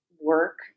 work